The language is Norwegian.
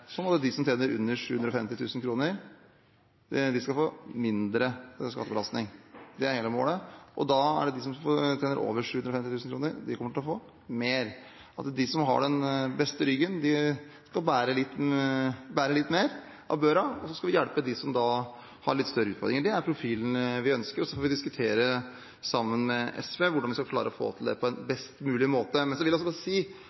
de som tjener under 750 000 kr, skal få mindre skattebelastning. Det er det ene målet. De som tjener over 750 000 kr, kommer til å få mer skatt. De som har den beste ryggen, skal bære litt mer av børa, og så skal vi hjelpe dem som har litt større utfordringer. Det er profilen vi ønsker, og så får vi diskutere sammen med SV hvordan vi skal klare å få til det på en best mulig måte. Så vil jeg også bare si